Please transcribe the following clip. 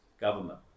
government